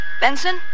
Benson